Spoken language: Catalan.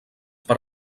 per